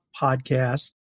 podcast